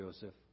Joseph